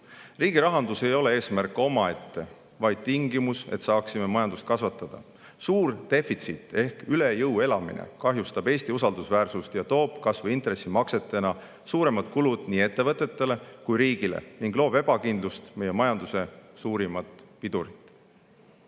Riigirahandus ei ole eesmärk omaette, vaid tingimus, et saaksime majandust kasvatada. Suur defitsiit ehk üle jõu elamine kahjustab Eesti usaldusväärsust ja toob kas või intressimaksetena suuremad kulud nii ettevõtetele kui ka riigile ning loob ebakindlust, meie majanduse suurimat pidurit.